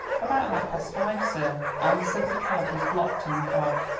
about half-past five, sir. anne said the cab was blocked in the fog.